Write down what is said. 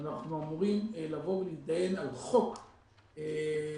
אנחנו אמורים לבוא ולהתדיין על חוק הנגשה,